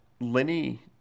Lenny